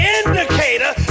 indicator